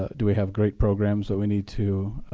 do we have great programs that we need to